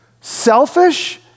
selfish